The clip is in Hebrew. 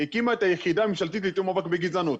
הקימה את היחידה הממשלתית לתיאום המאבק בגזענות,